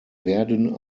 werden